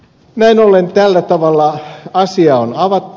näin ollen tällä tavalla asia on avattu